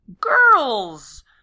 girls